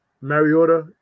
Mariota